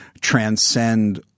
transcend